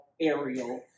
aerial